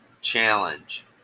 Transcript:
challenge